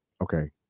Okay